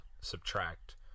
subtract